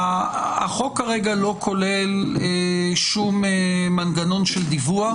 החוק כרגע לא כולל שום מנגנון של דיווח,